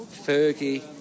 Fergie